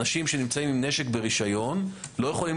אנשים שנמצאים עם נשק ברישיון לא יכולים